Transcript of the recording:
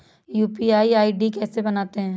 UPI ID कैसे बनाते हैं?